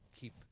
keep